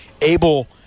able